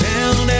Down